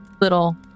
little